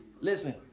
Listen